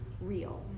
real